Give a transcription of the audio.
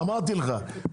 אמרתי לכם,